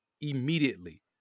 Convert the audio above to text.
immediately